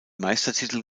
meistertitel